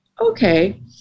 okay